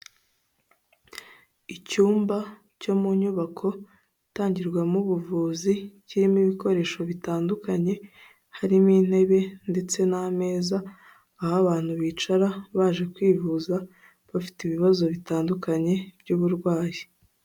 Icyumba cyo mu nyubako itangirwamo ubuvuzi, kirimo ibikoresho bitandukanye, harimo intebe ndetse n'ameza, aho abantu bicara baje kwivuza, bafite ibibazo bitandukanye by'uburwayi.